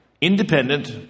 independent